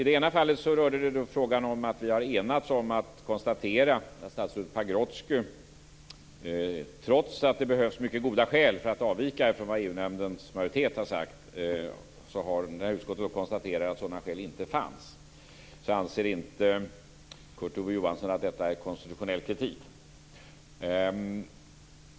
Det ena fallet rör att vi har enats om att konstatera att när det gäller statsrådet Pagrotsky - trots att det krävs mycket goda skäl för att avvika från vad EU nämndens majoritet har sagt - fanns det inte sådana skäl. Kurt Ove Johansson anser inte detta vara konstitutionell kritik.